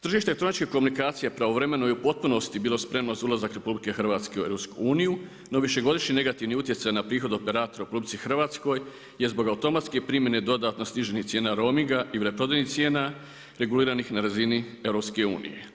Tržište elektroničkih komunikacija pravovremeno je u potpunosti bilo spremno za ulazak RH u EU no višegodišnji negativni utjecaj na prihod operatora u RH je zbog automatske primjene dodatno sniženih cijena rominga i veleprodajnih cijena reguliranih na razini EU.